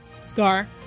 Scar